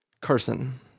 Carson